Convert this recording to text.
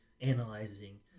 analyzing